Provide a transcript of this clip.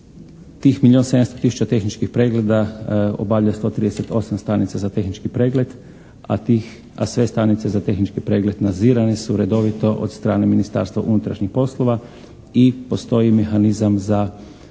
700 tisuća tehničkih pregleda obavlja 138 stanica za tehnički pregled a sve stanice za tehnički pregled nadzirane su redovito od strane Ministarstva unutrašnjih poslova i postoji mehanizam za